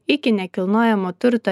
iki nekilnojamo turto